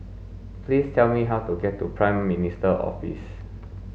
please tell me how to get to Prime Minister's Office